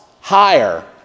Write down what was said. higher